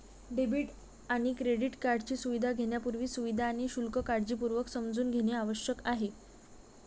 debit आणि credit कार्डची सुविधा घेण्यापूर्वी, सुविधा आणि शुल्क काळजीपूर्वक समजून घेणे आवश्यक आहे